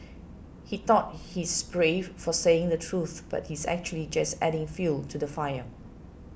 he thought he's brave for saying the truth but he's actually just adding fuel to the fire